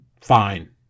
fine